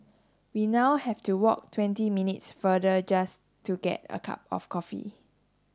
we now have to walk twenty minutes farther just to get a cup of coffee